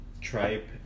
tripe